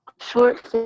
short